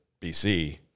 BC